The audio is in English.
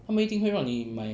他们一定会让你买